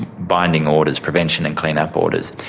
binding orders, prevention and clean up orders.